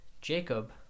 Jacob